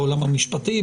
בעולם המשפטי,